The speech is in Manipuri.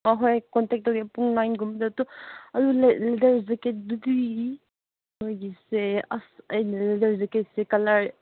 ꯑꯍꯣꯏ ꯀꯣꯟꯇꯦꯛ ꯇꯧꯒꯦ ꯄꯨꯡ ꯅꯥꯏꯟꯒꯨꯝꯕꯗ ꯂꯦꯗꯔ ꯖꯦꯀꯦꯠꯇꯨꯗꯤ ꯅꯣꯏꯒꯤꯁꯦ ꯑꯁ ꯑꯩꯅ ꯂꯦꯗꯔ ꯖꯦꯛꯀꯦꯠꯁꯦ ꯀꯂꯔ